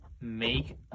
make